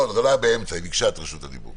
זה לא היה באמצע, היא ביקשה את רשות הדיבור.